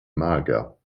mager